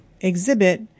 exhibit